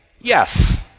yes